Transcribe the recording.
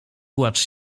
płacz